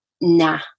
nah